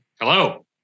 Hello